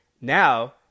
Now